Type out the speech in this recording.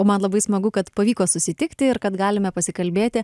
o man labai smagu kad pavyko susitikti ir kad galime pasikalbėti